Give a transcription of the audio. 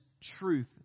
truth